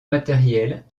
matérielles